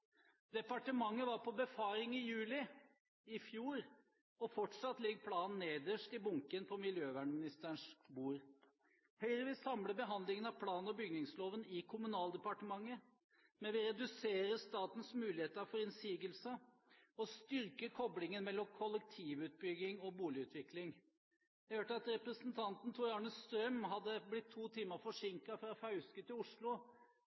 Departementet var på befaring i juli i fjor, og fortsatt ligger planen nederst i bunken på miljøvernministerens bord. Høyre vil samle behandlingen av plan- og bygningsloven i Kommunaldepartementet. Vi vil redusere statens muligheter for innsigelser og styrke koblingen mellom kollektivutbygging og boligutvikling. Jeg hørte at representanten Tor-Arne Strøm hadde blitt to timer forsinket fra Fauske til Oslo.